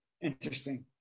Interesting